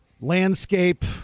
landscape